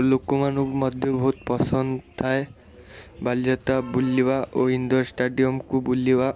ଲୋକମାନଙ୍କୁ ମଧ୍ୟ ବହୁତ ପସନ୍ଦ ଥାଏ ବାଲିଯାତ୍ରା ବୁଲିବା ଓ ଇନ୍ଦୋର ଷ୍ଟାଡ଼ିୟମ୍ କୁ ବୁଲିବା